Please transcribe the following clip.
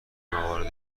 موارد